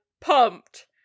pumped